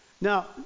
Now